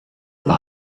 the